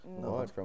No